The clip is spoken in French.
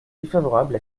défavorable